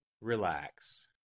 Relax